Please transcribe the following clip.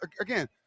again